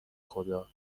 خدا